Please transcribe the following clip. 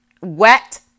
wet